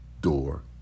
door